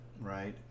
right